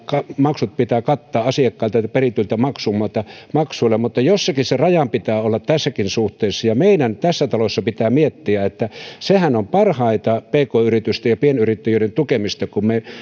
maksut pitää kattaa asiakkailta perityillä maksuilla mutta jossakin sen rajan pitää olla tässäkin suhteessa meidän tässä talossa pitää miettiä että sehän on parhainta pk yritysten ja pienyrittäjyyden tukemista kun me